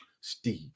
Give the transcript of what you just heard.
Steve